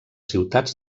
ciutats